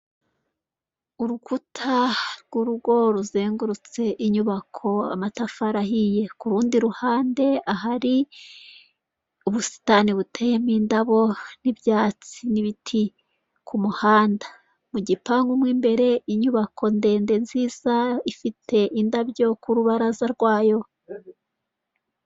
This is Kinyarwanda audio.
Urukuta rw'urugo ruzengurutse inyubako amatafari ahiye, ku rundi ruhande ahari ubusitani buteyemo indabo n'ibyatsi n'ibiti ku muhanda. Mu gipangu mo imbere inyubako ndende nziza ifite indabyo ku rubaraza rwayo.